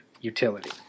utility